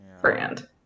brand